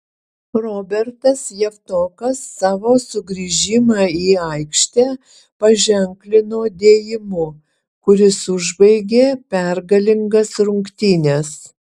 robertas javtokas savo sugrįžimą į aikštę paženklino dėjimu kuris užbaigė pergalingas rungtynes